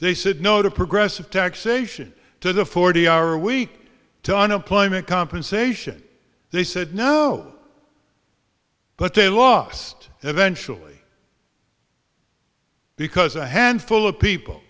they said no to progressive taxation to the forty hour week to unemployment compensation they said no but they lost eventually because a handful of people